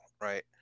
right